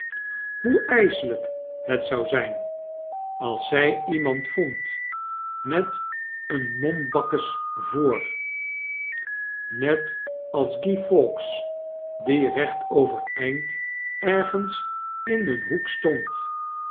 hoe yselijk het zou zyn als zij iemand vond met een mombakkes voor net als guy fawkes die recht overeind ergens in een hoek stond